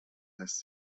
lässt